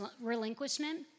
relinquishment